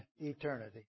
eternity